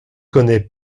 connais